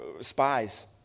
spies